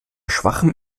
schwachem